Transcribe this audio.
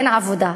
אין עבודה,